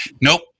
Nope